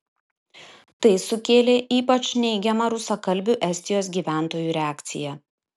tai sukėlė ypač neigiamą rusakalbių estijos gyventojų reakciją